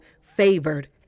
FAVORED